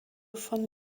von